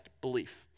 belief